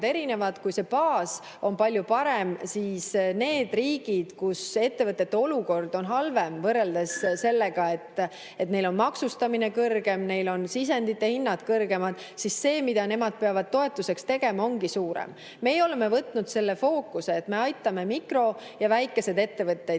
erinevaid. Kui see baas on palju parem, siis need riigid, kus ettevõtete olukord on halvem võrreldes sellega, et neil on maksustamine kõrgem, neil on sisendite hinnad kõrgemad, siis see, mida nemad peavad toetuseks tegema, ongi suurem. Meie oleme võtnud selle fookuse, et me aitame mikro‑ ja väikesi ettevõtteid,